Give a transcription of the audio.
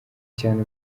cyane